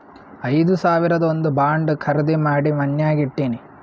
ಐದು ಸಾವಿರದು ಒಂದ್ ಬಾಂಡ್ ಖರ್ದಿ ಮಾಡಿ ಮನ್ಯಾಗೆ ಇಟ್ಟಿನಿ